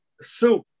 soup